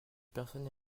personne